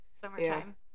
Summertime